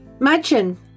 Imagine